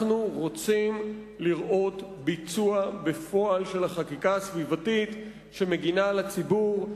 אנחנו רוצים לראות ביצוע בפועל של החקיקה הסביבתית שמגינה על הציבור,